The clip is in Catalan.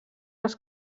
els